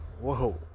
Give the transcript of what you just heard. Whoa